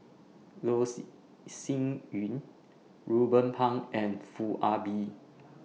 Loh See Sin Yun Ruben Pang and Foo Ah Bee